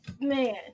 man